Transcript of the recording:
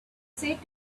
said